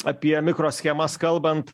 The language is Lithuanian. apie mikroschemas kalbant